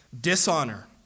dishonor